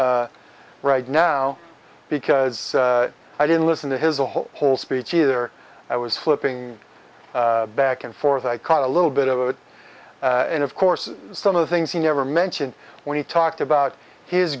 into right now because i didn't listen to his the whole speech either i was flipping back and forth i caught a little bit of it and of course some of the things he never mentioned when he talked about his